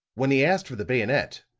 when he asked for the bayonet,